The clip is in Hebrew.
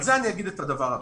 על זה אני אומר את הדבר הבא.